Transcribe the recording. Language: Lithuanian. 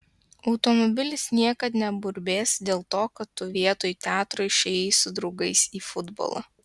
automobilis niekad neburbės dėl to kad tu vietoj teatro išėjai su draugais į futbolą